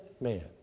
man